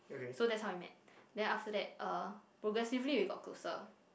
so that's how we met then after that uh progressively we got closer